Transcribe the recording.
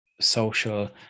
social